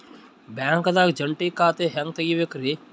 ಬ್ಯಾಂಕ್ದಾಗ ಜಂಟಿ ಖಾತೆ ಹೆಂಗ್ ತಗಿಬೇಕ್ರಿ?